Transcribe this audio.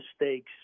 mistakes